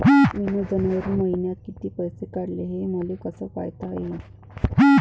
मिन जनवरी मईन्यात कितीक पैसे काढले, हे मले कस पायता येईन?